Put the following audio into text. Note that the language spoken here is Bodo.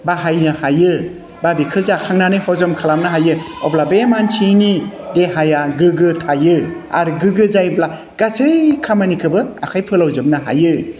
बाहायनो हायो बा बेखौ जाखांनानै हजम खालामनो हायो अब्ला बे मानसिनि देहाया गोग्गो थायो आरो गोग्गो जायोब्ला गासै खामानिखौबो आखाइ फोलावजोबनो हायो